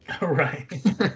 Right